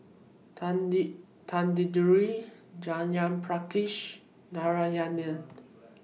Tanguturi Jayaprakash Narayana